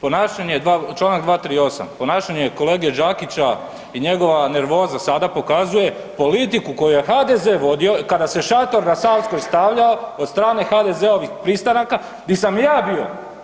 Ponašanje čl. 238., ponašanje kolege Đakića i njegova nervoza sada pokazuje politiku koju je HDZ vodio kada se šator na Savskoj stavljao od strane HDZ-ovih pristanaka di sam i ja bio.